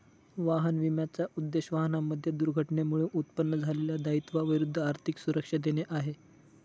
वाहन विम्याचा उद्देश, वाहनांमध्ये दुर्घटनेमुळे उत्पन्न झालेल्या दायित्वा विरुद्ध आर्थिक सुरक्षा देणे आहे